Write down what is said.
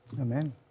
Amen